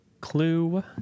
Clue